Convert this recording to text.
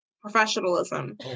professionalism